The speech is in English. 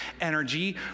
energy